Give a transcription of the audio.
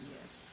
Yes